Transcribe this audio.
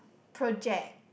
project